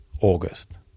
August